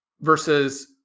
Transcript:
versus